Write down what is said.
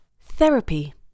Therapy